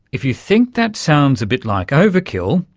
if you think that sounds a bit like overkill.